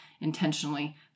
intentionally